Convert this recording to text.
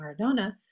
maradona